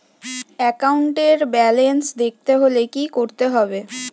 একাউন্টের ব্যালান্স দেখতে হলে কি করতে হবে?